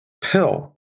pill